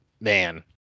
man